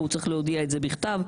הוא צריך להודיע את זה דבכתב,